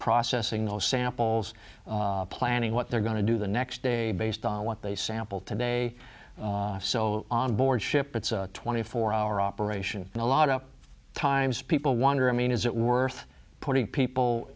processing those samples planning what they're going to do the next day based on what they sample today so on board ship it's a twenty four hour operation and a lot of times people wonder i mean is it worth putting people